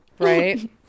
Right